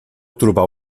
trobar